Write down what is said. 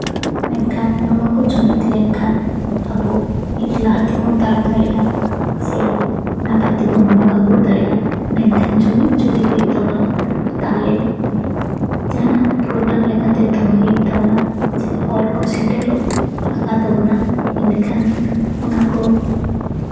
ᱢᱮᱱᱠᱷᱟᱱ ᱱᱚᱣᱟ ᱠᱚ ᱡᱩᱢᱤᱫ ᱞᱮᱱᱠᱷᱟᱱ ᱟᱵᱚ ᱢᱤᱫ ᱞᱟᱦᱟᱛᱮᱵᱚᱱ ᱛᱟᱲᱟᱢ ᱫᱟᱲᱮᱭᱟᱜᱼᱟ ᱥᱮ ᱱᱟᱯᱟᱭ ᱛᱮᱵᱚᱱ ᱵᱚᱸᱜᱟᱼᱵᱩᱨᱩ ᱫᱟᱲᱮᱭᱟᱜᱼᱟ ᱢᱮᱱᱠᱷᱟᱱ ᱡᱩᱢᱤᱫ ᱡᱩᱫᱤ ᱦᱩᱭᱩᱜ ᱛᱟᱵᱚᱱᱟ ᱛᱟᱦᱚᱞᱮ ᱡᱟᱦᱟᱱᱟᱜ ᱯᱨᱚᱜᱨᱟᱢ ᱞᱮᱠᱟ ᱛᱮᱫᱚ ᱦᱩᱭᱩᱜ ᱛᱟᱵᱚᱱᱟ ᱥᱮ ᱦᱚᱲ ᱠᱚ ᱥᱮᱴᱮᱨᱚᱜ ᱞᱟᱜᱟ ᱛᱟᱵᱚᱱᱟ ᱤᱱᱟᱹᱠᱷᱟᱱ ᱚᱱᱟ ᱠᱚ